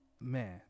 man